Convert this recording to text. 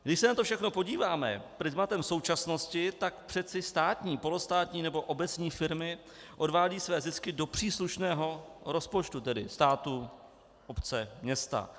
Když se na to všechno podíváme prizmatem současnosti, tak přeci státní, polostátní nebo obecní firmy odvádějí své zisky do příslušného rozpočtu, tedy státu, obce, města.